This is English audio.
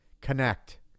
connect